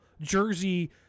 jersey